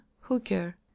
hooker